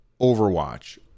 Overwatch